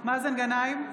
מאזן גנאים,